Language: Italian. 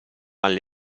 alle